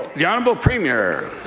the um but premier